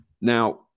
Now